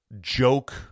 joke